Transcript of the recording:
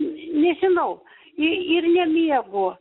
nežinau i ir nemiegu